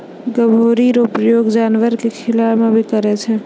गभोरी रो प्रयोग जानवर के खिलाय मे करै छै